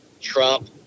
Trump